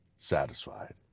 Satisfied